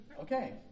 Okay